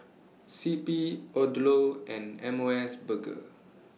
C P Odlo and M O S Burger